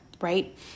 right